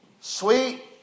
Sweet